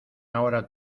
ahora